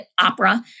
opera